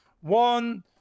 One